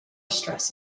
stress